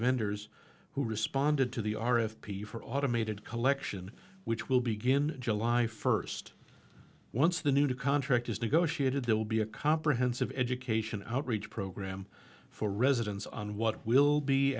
vendors who responded to the r f p for automated collection which will begin july first once the new contract is negotiated there will be a comprehensive education outreach program for residents on what will be